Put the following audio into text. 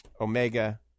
Omega